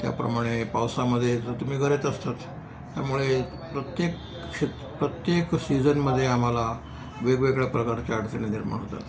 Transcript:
त्याप्रमाणे पावसामध्ये जर तुम्ही घरीच असतात त्यामुळे प्रत्येक क्षेत्र प्रत्येक सीझनमध्ये आम्हाला वेगवेगळ्या प्रकारच्या अडचणी निर्माण होतात